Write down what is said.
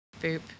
boop